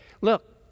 look